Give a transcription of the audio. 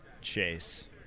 Chase